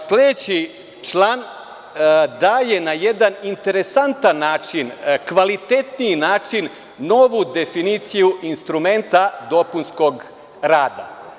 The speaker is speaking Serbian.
Sledeći član daje jedan interesantan način, kvalitetniji način, novu definiciju instrumenta dopunskog rada.